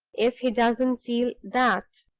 if he doesn't feel that!